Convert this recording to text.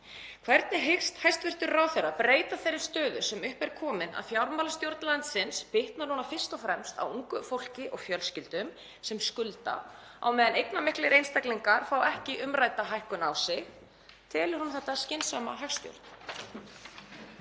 Hvernig hyggst hæstv. ráðherra breyta þeirri stöðu sem upp er komin, að fjármálastjórn landsins bitni núna fyrst og fremst á ungu fólki og fjölskyldum sem skulda á meðan eignamiklir einstaklingar fá ekki umrædda hækkun á sig? Telur hún þetta skynsamlega hagstjórn?